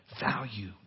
value